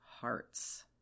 hearts